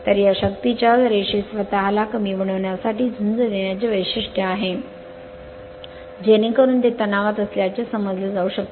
तर या शक्तीच्या रेषे स्वत ला कमी बनवण्यासाठी झुंज देण्याचे वैशिष्ट्य आहे जेणेकरून ते तणावात असल्याचे समजले जाऊ शकते